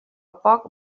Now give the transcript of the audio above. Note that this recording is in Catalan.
poc